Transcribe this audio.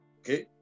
okay